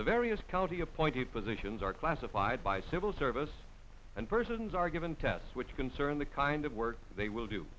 the various county appointed positions are classified by civil service and persons are given tests which concern the kind of work they will do